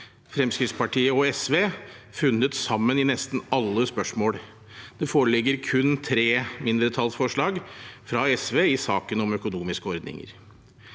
Fremskrittspartiet og SV funnet sammen i nesten alle spørsmål. Det foreligger kun tre mindretallsforslag fra SV i saken om økonomiske ordninger.